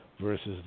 versus